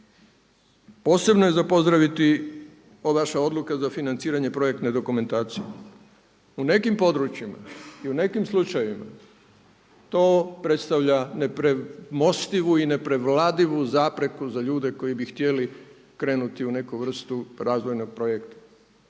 Posebno je za pozdraviti ova vaša odluka za financiranje projektne dokumentacije. U nekim područjima i u nekim slučajevima to predstavlja nepremostivu i neprevladivuu zapreku za ljude koji bi htjeli krenuti u neku vrstu razvojnog projekta